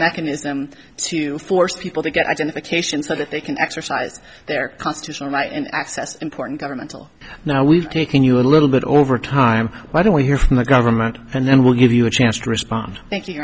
mechanism to force people to get identification so that they can exercise their constitutional right and access important governmental now we've taken you a little bit over time why don't we hear from the government and then we'll give you a chance to respond thank